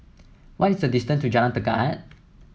what is the distance to Jalan Tekad